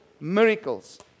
miracles